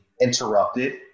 interrupted